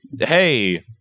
hey